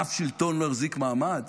אף שלטון לא החזיק מעמד